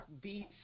beats